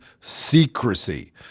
secrecy